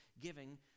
giving